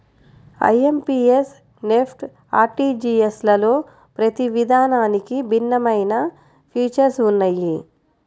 IMPS, NEFT, ఆర్టీజీయస్లలో ప్రతి విధానానికి భిన్నమైన ఫీచర్స్ ఉన్నయ్యి